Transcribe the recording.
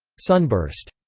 sunburst.